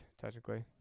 technically